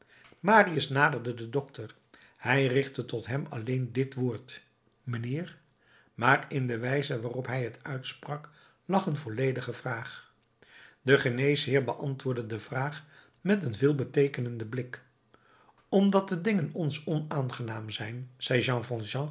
marius naderde den dokter hij richtte tot hem alleen dit woord mijnheer maar in de wijze waarop hij het uitsprak lag een volledige vraag de geneesheer beantwoordde de vraag met een veelbeteekenenden blik omdat de dingen ons onaangenaam zijn zei